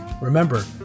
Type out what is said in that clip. Remember